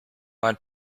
mein